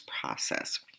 process